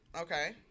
okay